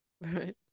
right